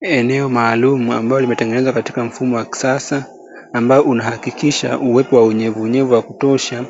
Eneo maalumu ambalo limetengenezwa katika mfumo wa kisasa, ambao unahakikisha uwepo wa unyevunyevu wa kutosha